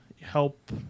help